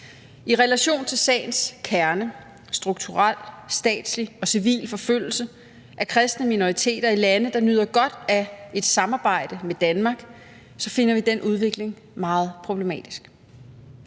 i relation til sagens kerne – strukturel, statslig og civil forfølgelse af kristne minoriteter i lande, der nyder godt af et samarbejde med Danmark – finder vi den udvikling meget problematisk.